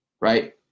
right